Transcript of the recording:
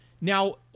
Now